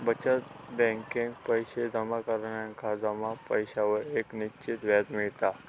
बचत बॅकेत पैशे जमा करणार्यांका जमा पैशांवर एक निश्चित व्याज मिळता